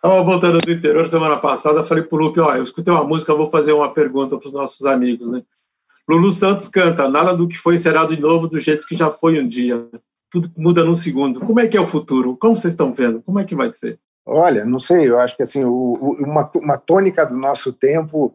Então, voltando do interior, semana passada eu falei pro Lupe, "Ó, eu escutei uma música, eu vou fazer uma pergunta pros nossos amigos, né?" Lulu Santos canta, "Nada do que foi será de novo do jeito que já foi um dia. Tudo muda num segundo." Como é que é o futuro? Como vocês estão vendo? Como é que vai ser? Olha, não sei, eu acho que, assim, o- o- uma t- uma tônica do nosso tempo